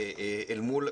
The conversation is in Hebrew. אל מול ,